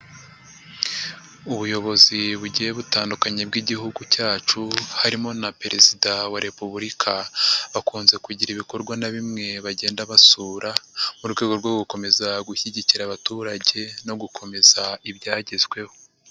Ubuyobozi bugiye butandukanye bw'igihugu cyacu harimo na perezida wa repubulika, bakunze kugira ibikorwa na bimwe bagenda basura mu rwego rwo gukomeza gushyigikira abaturage no gukomeza ibyagezweho.